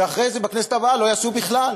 ואחרי זה, בכנסת הבאה, לא יעשו בכלל.